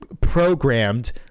programmed